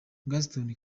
gaston